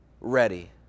ready